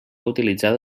utilitzada